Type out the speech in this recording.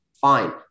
fine